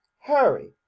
Hurry